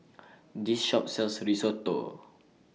This Shop sells Risotto